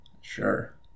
Sure